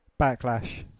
Backlash